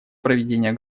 проведения